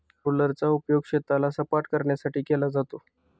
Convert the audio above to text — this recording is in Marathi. रोलरचा उपयोग शेताला सपाटकरण्यासाठी केला जातो